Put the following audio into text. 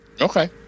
Okay